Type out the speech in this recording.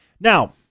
Now